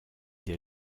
des